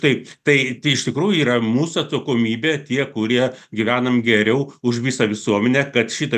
taip tai iš tikrųjų yra mūsų atsakomybė tie kurie gyvenam geriau už visą visuomenę kad šita